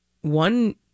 one